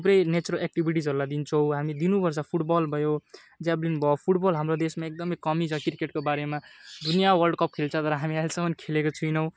थुप्रै नेचरल एक्टिभिटिजहरूलाई दिन्छौँ हामी दिनु पर्छ फुट बल भयो ज्याभलिन भयो फुट बल हाम्रो देशमा एकदम कमी छ क्रिकेटको बारेमा दुनिया वर्ल्ड कप खेल्छ तर हामी अहिलेसम्म खेलेको छैनौँ